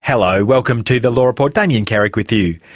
hello, welcome to the law report, damien carrick with you.